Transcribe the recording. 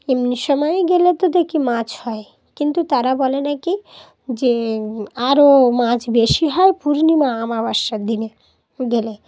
এমনি সময়ে গেলে তো দেখি মাছ হয় কিন্তু তারা বলে নাকি যে আরও মাছ বেশি হয় পূর্ণিমা অমাবস্যার দিনে গেলে